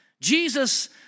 Jesus